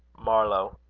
marlowe.